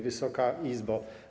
Wysoka Izbo!